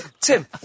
Tim